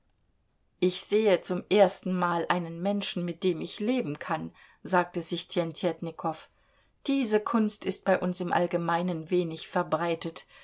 ich sehe zum erstenmal einen menschen mit dem man leben kann sagte sich tjentjetnikow diese kunst ist bei uns im allgemeinen wenig verbreitet